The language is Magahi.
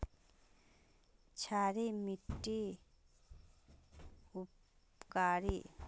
क्षारी मिट्टी उपकारी?